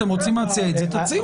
אתם רוצים להציע את זה, תציעו.